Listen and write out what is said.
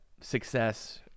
success